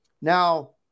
Now